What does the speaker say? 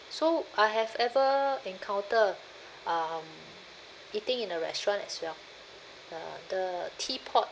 so I have ever encounter um eating in a restaurant as well uh the teapot